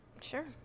Sure